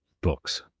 books